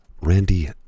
Randy